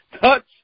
Touch